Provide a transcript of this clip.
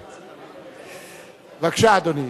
בבקשה, אדוני.